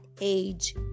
age